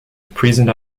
present